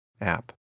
app